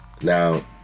Now